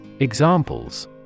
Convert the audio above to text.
Examples